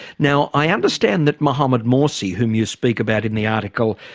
now i understand that mohammed morsi whom you speak about in the article,